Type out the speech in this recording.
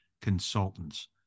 consultants